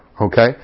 Okay